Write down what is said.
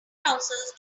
trousers